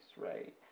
right